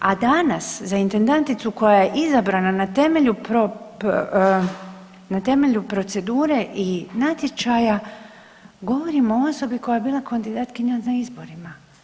A danas za intendanticu koja je izabrana na temelju procedure i natječaja govorimo o osobi koja je bila kandidatkinja na izborima.